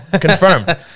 Confirmed